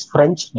French